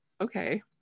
okay